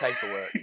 paperwork